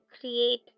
create